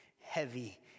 heavy